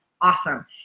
Awesome